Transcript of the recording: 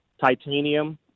Titanium